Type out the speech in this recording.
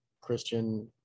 Christian